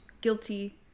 guilty